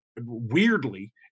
weirdly